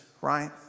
right